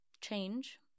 Change